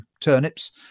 turnips